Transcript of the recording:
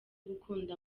gukunda